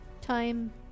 time